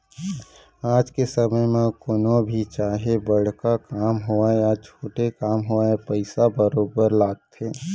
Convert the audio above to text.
आज के समे म कोनो भी काम चाहे बड़का काम होवय या छोटे काम होवय पइसा बरोबर लगथे